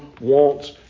wants